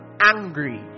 angry